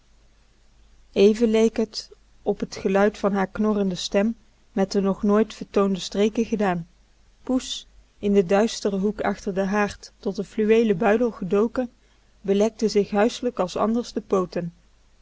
even leek t op t geluid van haar knorrende stem met de nog nooit vertoonde streken gedaan poes in den duisteren hoek achter den haard tot n fluweelen buidel gedoken belekte zich huislijk als anders de pooten